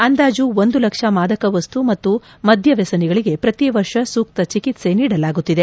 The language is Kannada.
ಅಂದಾಜು ಒಂದು ಲಕ್ಷ ಮಾದಕವಸ್ತು ಮತ್ತು ಮದ್ಯ ವ್ಯಸನಿಗಳಿಗೆ ಪ್ರತಿ ವರ್ಷ ಸೂಕ್ತ ಚಿಕಿತ್ಸೆ ನೀಡಲಾಗುತ್ತಿದೆ